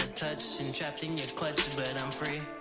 touch injecting your question, but and i'm free